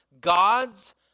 God's